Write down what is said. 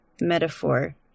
metaphor